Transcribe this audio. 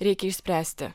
reikia išspręsti